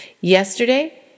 Yesterday